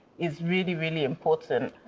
is really, really important.